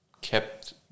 kept